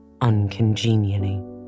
uncongenially